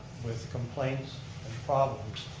with complaints and problems,